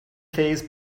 phase